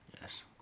Yes